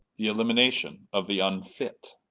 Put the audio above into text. the elimination of the unfit.